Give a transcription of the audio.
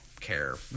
care